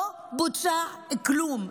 לא בוצע כלום.